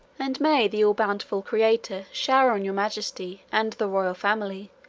and may the all-bountiful creator shower on your majesty, and the royal family,